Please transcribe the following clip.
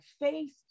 faith